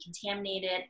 contaminated